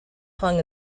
hung